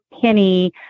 penny